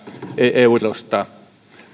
eurosta